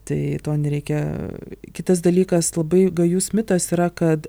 tai to nereikia kitas dalykas labai gajus mitas yra kad